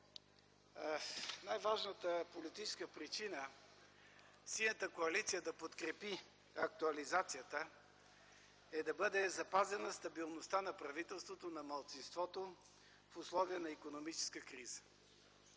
Най-важната политическа причина Синята коалиция да подкрепи актуализацията е да бъде запазена стабилността на правителството, на малцинството в условия на икономическа криза,